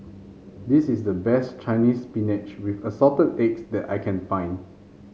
this is the best Chinese Spinach with Assorted Eggs that I can find